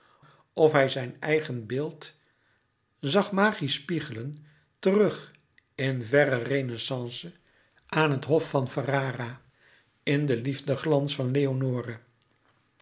of hij zijn eigen beeld zag magischspiegelen terug in verre renaissance aan het hof van ferrara in den liefdeglans van leonore